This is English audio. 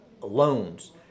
loans